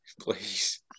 please